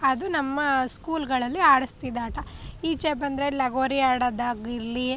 ಅದು ನಮ್ಮ ಸ್ಕೂಲ್ಗಳಲ್ಲಿ ಆಡಿಸ್ತಿದ್ದ ಆಟ ಈಚೆ ಬಂದರೆ ಲಗೋರಿ ಆಡೋದಾಗಿರ್ಲಿ